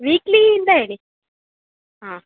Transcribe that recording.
ವೀಕ್ಲಿಯಿಂದ ಹೇಳಿ ಹಾಂ